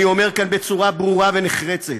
אני אומר כאן בצורה ברורה ונחרצת: